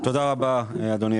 אני רוצה לפתוח את דבריי